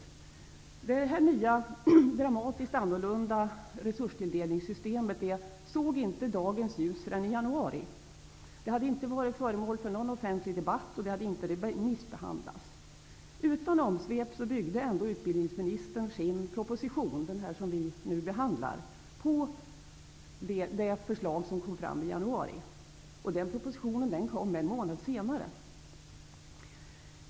Förslaget om detta nya och dramatiskt annorlunda resurstilldelningssystem såg inte dagens ljus förrän i januari. Det hade inte varit föremål för någon offentlig debatt, och det hade inte remissbehandlats. Utan omsvep byggde ändå utbildningsministern sin proposition -- den som vi nu behandlar -- på det förslag som lades fram i januari. Propositionen kom en månad senare.